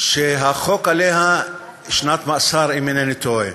שהעונש עליה שנת מאסר, אם אינני טועה.